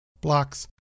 Blocks